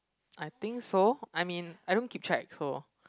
I think so I mean I don't keep track so